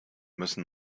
müssen